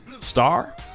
Star